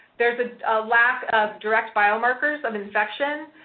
there's a lack of direct bio-markers of infection